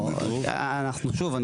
שוב,